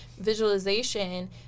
visualization